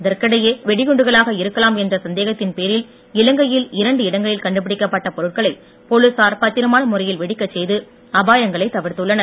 இதற்கிடையே வெடிகுண்டுகளாக இருக்கலாம் என்ற சந்தேகத்தின் பேரில் இலங்கையில் இரண்டு இடங்களில் கண்டுபிடிக்கப்பட்ட பொருட்களை போலீசார் பத்திரமான முறையில் வெடிக்கச் செய்து அபாயங்களை தவிர்த்துள்ளனர்